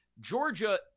Georgia